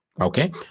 okay